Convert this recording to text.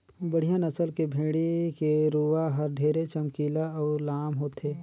बड़िहा नसल के भेड़ी के रूवा हर ढेरे चमकीला अउ लाम होथे